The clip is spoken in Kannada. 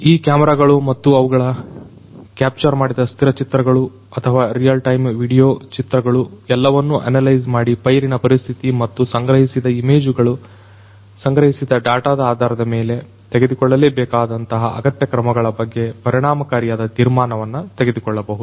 ಈ ಕ್ಯಾಮೆರಾಗಳು ಮತ್ತು ಅವುಗಳು ಕ್ಯಾಪ್ಚರ್ ಮಾಡಿದ ಸ್ಥಿರ ಚಿತ್ರಗಳು ಅಥವಾ ರಿಯಲ್ ಟೈಮ್ ವಿಡಿಯೋ ಚಿತ್ರಗಳು ಎಲ್ಲವನ್ನು ಅನಲೈಜ್ ಮಾಡಿ ಪೈರಿನ ಪರಿಸ್ಥಿತಿ ಮತ್ತು ಸಂಗ್ರಹಿಸಿದ ಇಮೇಜುಗಳು ಸಂಗ್ರಹಿಸಿದ ಡಾಟಾದ ಆಧಾರದ ಮೇಲೆ ತೆಗೆದುಕೊಳ್ಳಲೇ ಬೇಕಾದಂತಹ ಅಗತ್ಯ ಕ್ರಮಗಳ ಬಗ್ಗೆ ಪರಿಣಾಮಕಾರಿಯಾದ ತೀರ್ಮಾನವನ್ನು ತೆಗೆದುಕೊಳ್ಳಬಹುದು